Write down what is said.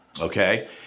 okay